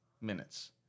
minutes